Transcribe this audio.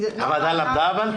אבל הוועדה למדה?